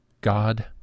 God